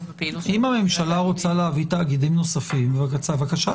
אם הממשלה רוצה להביא תאגידים נוספים בבקשה,